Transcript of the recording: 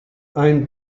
owned